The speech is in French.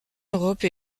europe